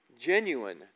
genuine